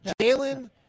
Jalen